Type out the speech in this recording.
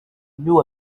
knew